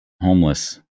homeless